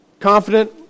Confident